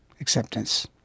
acceptance